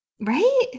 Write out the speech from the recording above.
right